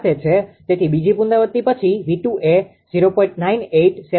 તેથી બીજી પુનરાવૃતિ પછી 𝑉2 એ 0